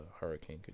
Hurricane